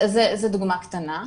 זה דוגמה קטנה.